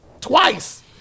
Twice